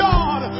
God